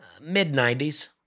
Mid-90s